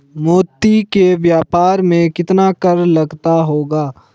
मोती के व्यापार में कितना कर लगता होगा?